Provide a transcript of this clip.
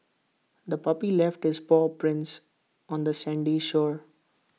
the puppy left its paw prints on the sandy shore